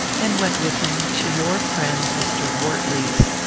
and went with him to your friend mr. wortley's.